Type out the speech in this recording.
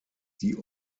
die